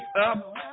up